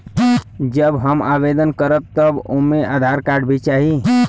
जब हम आवेदन करब त ओमे आधार कार्ड भी चाही?